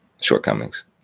shortcomings